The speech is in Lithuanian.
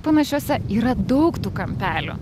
panašiuose yra daug tų kampelių